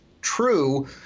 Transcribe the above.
true